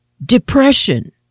Depression